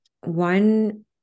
One